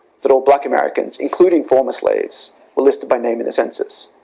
that all black americans including former slaves were listed by name in the census,